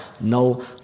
no